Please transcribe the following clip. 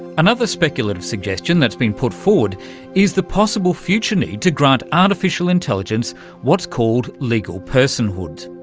another speculative suggestion that's been put forward is the possible future need to grant artificial intelligence what's called legal personhood.